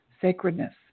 sacredness